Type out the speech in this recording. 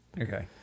Okay